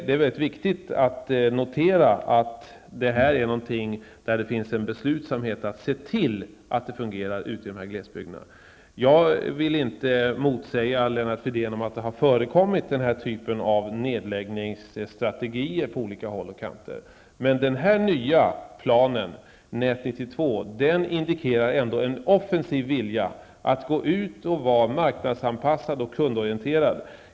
Det är viktigt att notera att det finns en beslutsamhet att se till att det fungerar ute i glesbygderna. Jag vill inte säga emot Lennart Fridéns påståenden om att det på olika håll och kanter har funnits en sådan nedläggningsstrategi som han berättade om. Men den nya planen, Nät 92, indikerar ändå en offensiv vilja att vara marknadsanpassad och kundorienterad.